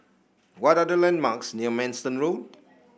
what are the landmarks near Manston Road